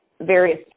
various